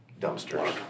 dumpsters